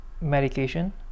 medication